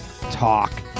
talk